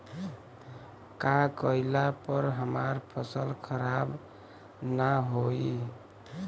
का कइला पर हमार फसल खराब ना होयी?